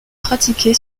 pratiquée